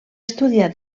estudiar